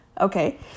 Okay